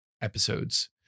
episodes